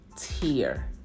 tier